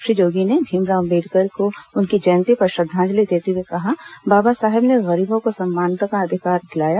श्री जोगी ने भीमराव अंबेडकर को उनकी जेयती पर श्रद्धांजलि देते हुए कहा कि बाबा साहेब ने गरीबों को समानता का अधिकार दिलाया